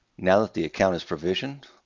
now that the account is provisioned,